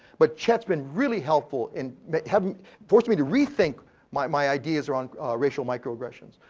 but chet's been really helpful, in having forced me to rethink my my ideas on racial microaggressions.